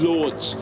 Lords